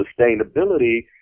sustainability